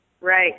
Right